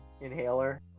inhaler